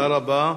תודה רבה.